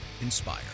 inspire